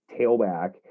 tailback